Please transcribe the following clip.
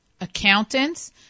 accountants –